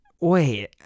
Wait